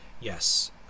yes